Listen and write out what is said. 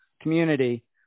community